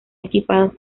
equipados